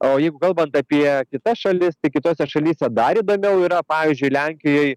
o jeigu kalbant apie kitas šalis tai kitose šalyse dar įdomiau yra pavyzdžiui lenkijoj